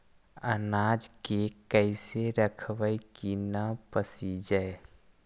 अनाज के कैसे रखबै कि न पसिजै?